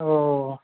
ओ